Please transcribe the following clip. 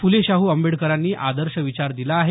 फुले शाहू आंबेडकरांनी आदर्श विचार दिला आहे